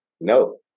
no